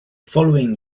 following